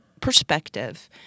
perspective